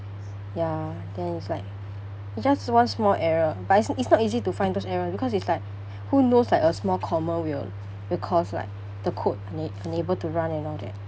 ya then it's like it's just one small error but it it's not easy to find those error because it's like who knows like a small comma will will cause like the code una~ unable to run and all that